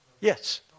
Yes